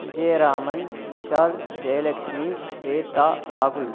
விஜயராமன் விஷால் ஜெயலக்ஷ்மி ஸ்வேத்தா ராகுல்